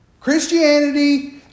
Christianity